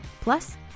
plus